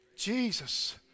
Jesus